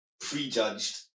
prejudged